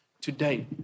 today